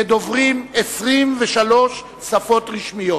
ודוברים 23 שפות רשמיות.